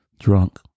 drunk